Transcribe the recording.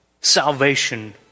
salvation